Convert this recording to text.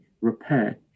repair